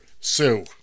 Sue